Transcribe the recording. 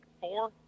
four